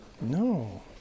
No